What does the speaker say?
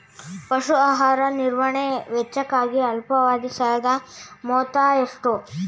ಪಶು ಆಹಾರ ನಿರ್ವಹಣೆ ವೆಚ್ಚಕ್ಕಾಗಿ ಅಲ್ಪಾವಧಿ ಸಾಲದ ಮೊತ್ತ ಎಷ್ಟು?